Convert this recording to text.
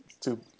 two